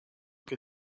que